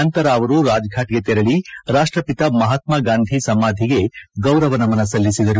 ನಂತರ ಅವರು ರಾಜಘಾಟ್ಗೆ ತೆರಳಿ ರಾಷ್ಟಪಿತ ಮಹಾತ್ಮ ಗಾಂಧಿ ಸಮಾಧಿಗೆ ಗೌರವ ನಮನ ಸಲ್ಲಿಸಿದರು